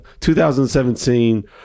2017